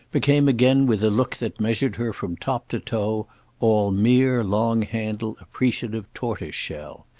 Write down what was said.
became again with a look that measured her from top to toe all mere long-handled appreciative tortoise-shell.